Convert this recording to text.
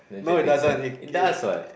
no it doesn't it it